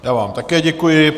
Já vám také děkuji.